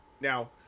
Now